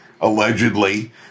allegedly